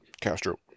Castro